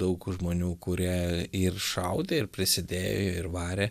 daug žmonių kurie ir šaudė ir prisidėjo ir varė